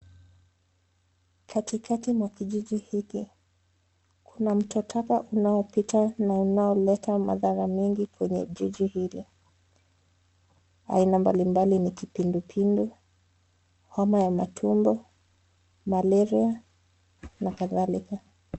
Katikati mwa kijiji hiki kuna mto taka unaopita na unaoleta madhara mengi kwenye jiji hili. Aina mbalimbali ni kipindupindu, Homa ya matumbo, malaria na kadhalika.